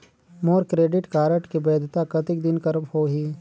मोर credit card के वैधता कतेक दिन कर होही?